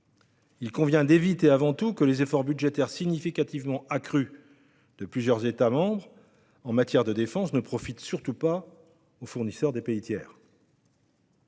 il convient d'éviter que les efforts budgétaires notablement accrus de plusieurs États membres en matière de défense ne profitent aux fournisseurs des pays tiers.